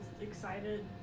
excited